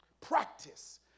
practice